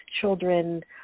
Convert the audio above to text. children